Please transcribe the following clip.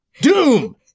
Doom